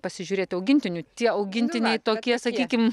pasižiūrėt augintinių tie augintiniai tokie sakykim